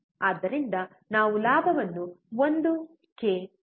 ಆದ್ದರಿಂದ ನಾವು ಲಾಭವನ್ನು 1 ಕ್ಕೆ ಸಮನಾಗಿ ಸೆಳೆಯುತ್ತೇವೆ